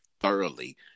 thoroughly